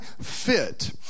fit